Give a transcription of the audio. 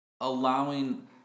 allowing